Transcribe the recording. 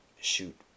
shoot